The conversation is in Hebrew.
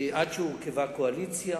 עד שהורכבה קואליציה,